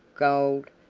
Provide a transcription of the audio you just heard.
gold,